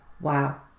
Wow